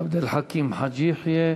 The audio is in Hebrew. עבד אל חכים חאג' יחיא.